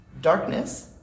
darkness